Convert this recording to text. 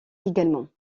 également